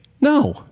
No